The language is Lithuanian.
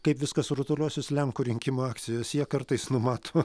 kaip viskas rutuliosis lenkų rinkimų akcijos jie kartais numato